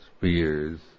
fears